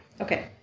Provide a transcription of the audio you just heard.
Okay